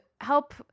help